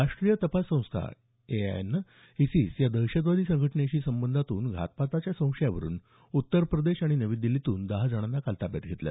राष्ट्रीय तपास संस्था एनआयएनं इसीस या दहशतवादी संघटनेशी संबंधांतून घातपाताच्या संशयावरून उत्तरप्रदेश आणि नवी दिल्लीतून दहा जणांना काल ताब्यात घेतलं